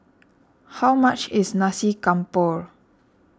how much is Nasi Campur